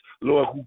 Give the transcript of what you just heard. Lord